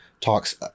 talks